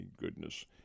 goodness